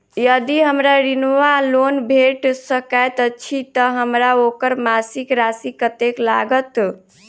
यदि हमरा ऋण वा लोन भेट सकैत अछि तऽ हमरा ओकर मासिक राशि कत्तेक लागत?